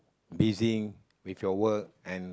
busy with your work and